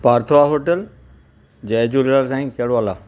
Partha hotel Jai Jhulelal Sai कहिड़ो हालु आहे